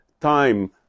time